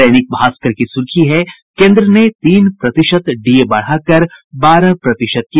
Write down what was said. दैनिक भास्कर की सुर्खी है केन्द्र ने तीन प्रतिशत डीए बढ़ाकर बारह प्रतिशत किया